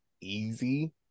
easy